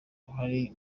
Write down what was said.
uruhare